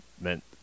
meant